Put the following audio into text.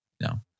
no